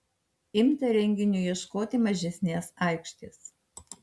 imta renginiui ieškoti mažesnės aikštės